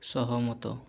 ସହମତ